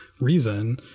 reason